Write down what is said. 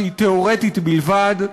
שהיא תיאורטית בלבד,